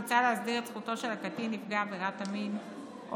מוצע להסדיר את זכותו של הקטין נפגע עבירת המין או